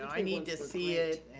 i mean to see it.